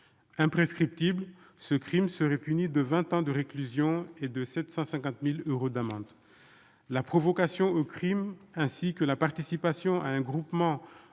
Imprescriptible, ce crime serait puni de vingt ans de réclusion et de 7,5 millions d'euros d'amende. La provocation au crime, ainsi que la participation à un groupement